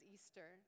Easter